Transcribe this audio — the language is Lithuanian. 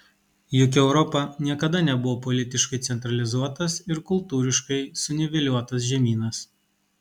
juk europa niekada nebuvo politiškai centralizuotas ir kultūriškai suniveliuotas žemynas